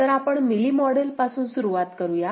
तर आपण Mealy model पासून सुरुवात करुया